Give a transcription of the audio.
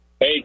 Hey